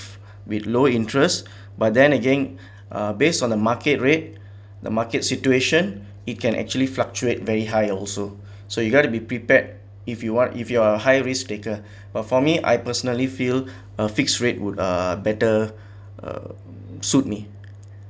with low interest but then again uh based on the market rate the market situation it can actually fluctuate very high also so you gotta be prepared if you want if you are a high risk taker but for me I personally feel a fixed rate would uh better um suit me